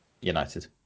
United